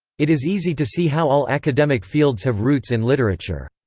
it is easy to see how all academic fields have roots in literature.